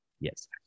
Yes